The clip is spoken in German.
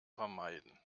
vermeiden